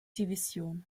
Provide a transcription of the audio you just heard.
division